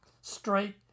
straight